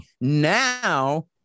now